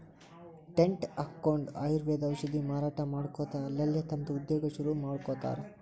tent ಹಕ್ಕೊಂಡ್ ಆಯುರ್ವೇದ ಔಷಧ ಮಾರಾಟಾ ಮಾಡ್ಕೊತ ಅಲ್ಲಲ್ಲೇ ತಮ್ದ ಉದ್ಯೋಗಾ ಶುರುರುಮಾಡ್ಕೊಂಡಾರ್